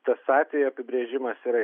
tas atvejo apibrėžimas yra